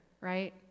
right